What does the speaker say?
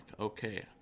Okay